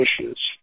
issues